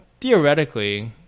theoretically